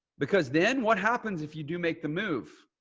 because then what happens if you do make the move,